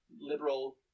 Liberal